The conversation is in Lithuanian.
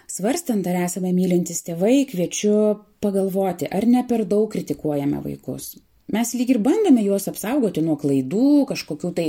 svarstant ar esame mylintys tėvai kviečiu pagalvoti ar ne per daug kritikuojame vaikus mes lyg ir bandome juos apsaugoti nuo klaidų kažkokių tai